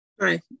right